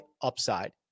upside